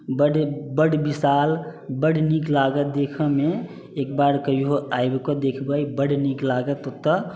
बड विशाल बड नीक लागत देखैमे एकबेर कहिओ आबिके देखबै बड नीक लागत